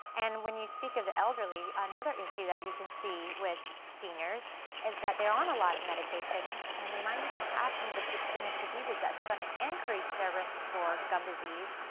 and when you speak of the elderly, another issue that we can see with seniors is that they're on a lot of medications and they might even have some of the systematic diseases that's going to increase their risk for gum disease.